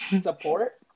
support